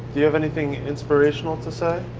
do you have anything inspirational to say?